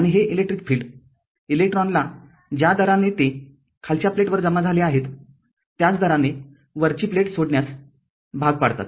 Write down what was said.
आणि हे electric field इलेकट्रॉनला ज्या दराने ते खालच्या प्लेटवर जमा झाले आहेत त्याच दराने वरची प्लेट सोडण्यास भाग पाडतात